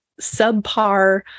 subpar